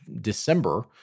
December